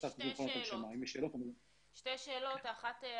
יש שתי שאלות: האחת,